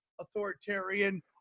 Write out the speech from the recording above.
authoritarian